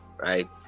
Right